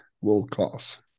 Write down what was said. world-class